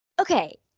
okay